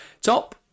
Top